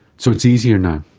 so it's easier now.